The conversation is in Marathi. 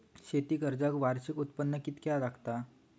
शेती कर्जाक वार्षिक उत्पन्न कितक्या लागता?